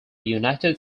united